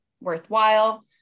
worthwhile